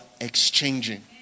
exchanging